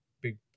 big